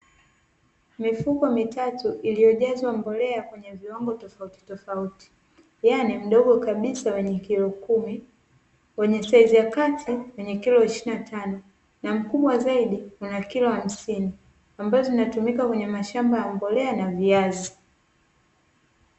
Mifuko mitatu iliyojazwa mbolea kwenye viwango tofautitofauti, yaani mdogo kabisa wenye kilo kumi, wenye saizi ya kati wenye kilo ishirini na tano na mkubwa zaidi una kilo hamsini, ambayo zinatumika kwenye mashamba ya mbolea na viazi.